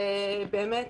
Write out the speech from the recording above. באמת,